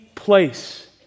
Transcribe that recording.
place